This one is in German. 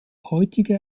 heutige